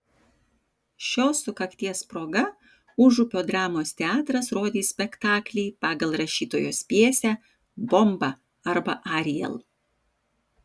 šios sukakties proga užupio dramos teatras rodys spektaklį pagal rašytojos pjesę bomba arba ariel